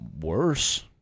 worse